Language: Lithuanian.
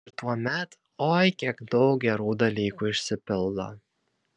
ir tuomet oi kiek daug gerų dalykų išsipildo